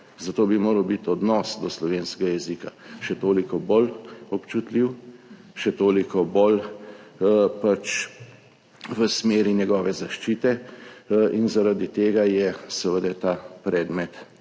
zato bi moral biti odnos do slovenskega jezika še toliko bolj občutljiv, še toliko bolj v smeri njegove zaščite. In zaradi tega je seveda ta predmet